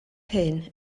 hyn